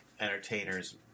entertainers